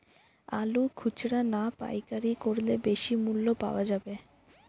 আলু খুচরা না পাইকারি করলে বেশি মূল্য পাওয়া যাবে?